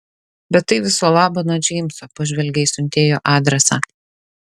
bet tai viso labo nuo džeimso pažvelgė į siuntėjo adresą